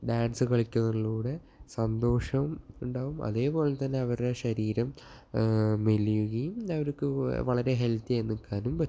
dance കളിക്കുന്നള്ളതിലൂടെ സന്തോഷം ഉണ്ടാകും അതേപോലെ തന്നെ അവരുടെ ശരീരം മെലിയുകയും അവർക്ക് വളരെ ഹെൽത്തിയായി നിൽക്കാനും പറ്റും